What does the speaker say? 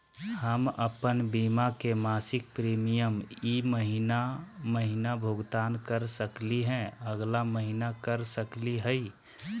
हम अप्पन बीमा के मासिक प्रीमियम ई महीना महिना भुगतान कर सकली हे, अगला महीना कर सकली हई?